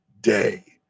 day